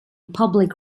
public